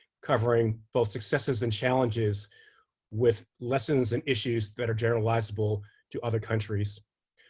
covering both successes and challenges with lessons and issues that are generalizable to other countries.